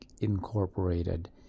incorporated